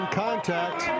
contact